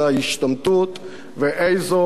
ואיזו חרפה נלוזה זו.